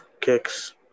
Kicks